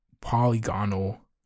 polygonal